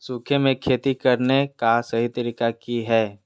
सूखे में खेती करने का सही तरीका की हैय?